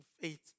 faith